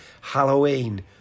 Halloween